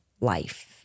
life